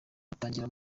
utangira